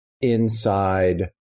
inside